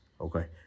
Okay